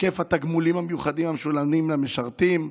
היקף התגמולים המיוחדים המשולמים למשרתים,